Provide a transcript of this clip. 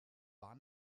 war